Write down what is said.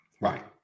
Right